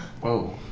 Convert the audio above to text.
Whoa